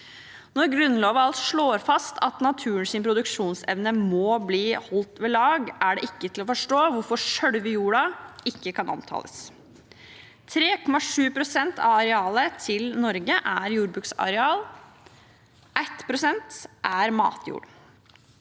Når Grunnloven alt slår fast at naturens produksjonsevne må bli holdt ved lag, er det ikke til å forstå hvorfor selve jorda ikke kan omtales. 3,7 pst. av Norges areal er jordbruksareal, 1 pst. er matjord.